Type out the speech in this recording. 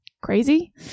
Crazy